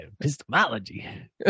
epistemology